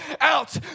out